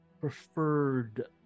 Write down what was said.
preferred